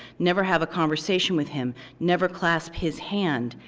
never have a conversation with him, never clasp his hand.